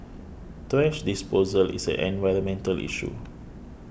thrash disposal is an environmental issue